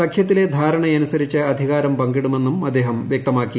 സഖൃത്തിലെ ധാരണയനുസരിച്ച് അധികാരം പങ്കിടുമെന്നും അദ്ദേഹം വൃക്തമാക്കി